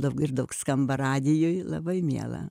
daug ir daug skamba radijuj labai miela